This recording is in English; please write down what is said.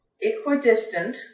equidistant